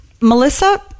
Melissa